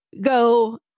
go